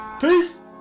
peace